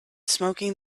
smoking